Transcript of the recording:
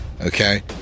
Okay